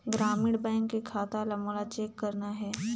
ग्रामीण बैंक के खाता ला मोला चेक करना हे?